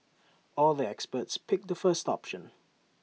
all the experts picked the first option